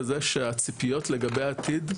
בזה שהציפיות לגבי העתיד,